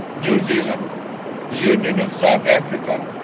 new zealand, the union of south africa,